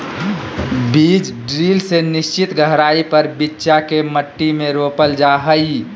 बीज ड्रिल से निश्चित गहराई पर बिच्चा के मट्टी में रोपल जा हई